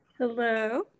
Hello